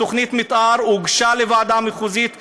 תוכנית המתאר הוגשה לוועדה המחוזית ב-2003,